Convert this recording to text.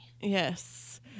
Yes